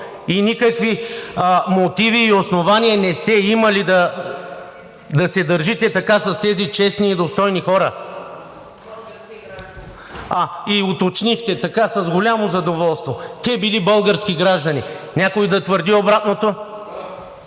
и никакви мотиви и основания не сте имали да се държите така с тези честни и достойни хора. Уточнихте така с голямо задоволство: те били български граждани. Някой да твърди обратното?